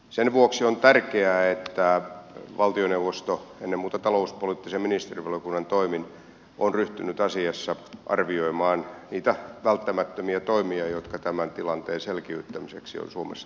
sen vuoksi on tärkeää että valtioneuvosto ennen muuta talouspoliittisen ministerivaliokunnan toimin on ryhtynyt asiassa arvioimaan niitä välttämättömiä toimia jotka tämän tilanteen selkiyttämiseksi on suomessa tarpeen toteuttaa